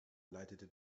leitete